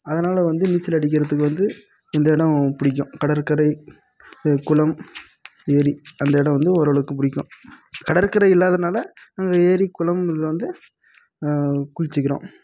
அதனால் வந்து நீச்சல் அடிக்கிறத்துக்கு வந்து இந்த இடம் பிடிக்கும் கடற்கரை குளம் ஏரி அந்த இடம் வந்து ஓரளவுக்கு பிடிக்கும் கடற்கரை இல்லாதனால் நாங்கள் ஏரி குளம் இதில் வந்து குளிச்சிக்கிறோம்